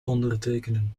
ondertekenen